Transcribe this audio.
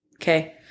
Okay